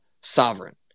sovereign